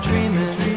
Dreaming